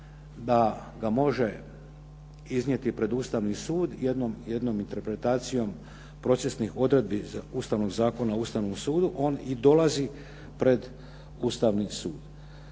da može iznijeti pred Ustavni sud jednom interpretacijom procesnih odredbi Ustavnog zakona o Ustavnom sudu, on i dolazi pred Ustavni sud.